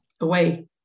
away